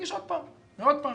מגיש עוד פעם ועוד פעם,